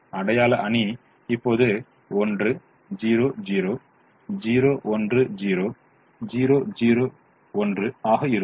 அடையாள அணி இப்போது 1 0 0 0 1 0 0 0 ௧ ஆகும்